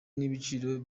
n’igiciro